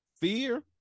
fear